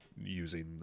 using